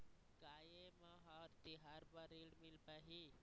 का ये म हर तिहार बर ऋण मिल पाही?